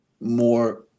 more